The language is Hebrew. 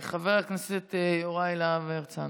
חבר הכנסת יוראי להב הרצנו,